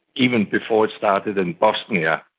even before it started in bosnia.